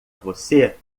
você